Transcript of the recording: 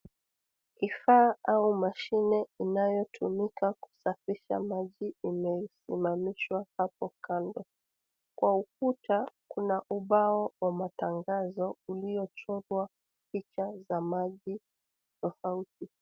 Kifaa au mashine inayotumika kusafisha maji imeinamishwa hapo kando. Kwa ukuta kuna ubao wa matangazo uliochorwa picha za maji tofauti.